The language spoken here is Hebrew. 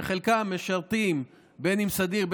שחלקם משרתים בסדיר,